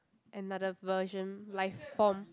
another version life form